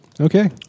Okay